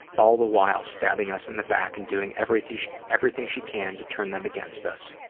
all the while stabbing us in the back and doing everything she everything she can to turn them against us.